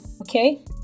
okay